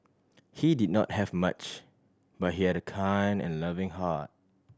he did not have much but he had a kind and loving heart